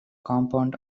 compound